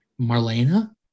marlena